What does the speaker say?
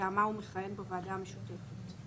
שמטעמה הוא מכהן בוועדה המשותפת.